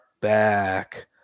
back